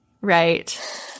right